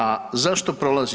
A zašto prolazi?